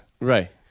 right